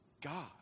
God